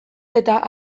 eta